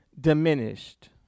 diminished